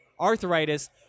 arthritis